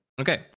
Okay